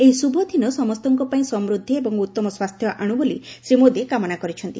ଏହି ଶୁଭଦିନ ସମସ୍ତଙ୍କପାଇଁ ସମୃଦ୍ଧି ଏବଂ ଉତ୍ତମ ସ୍ୱାସ୍ଥ୍ୟ ଆଣୁ ବୋଲି ଶ୍ରୀ ମୋଦି କାମନା କରିଛନ୍ତି